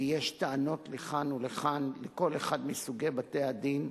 כי יש טענות לכאן ולכאן לכל אחד מסוגי בתי-הדין,